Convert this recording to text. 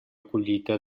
collita